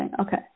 Okay